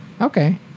Okay